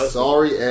sorry